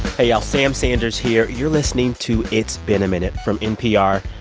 hey, y'all sam sanders here. you're listening to it's been a minute from npr.